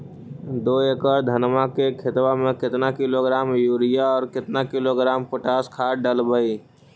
दो एकड़ धनमा के खेतबा में केतना किलोग्राम युरिया और केतना किलोग्राम पोटास खाद डलबई?